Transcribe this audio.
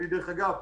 דרך אגב,